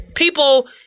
People